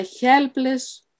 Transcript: helpless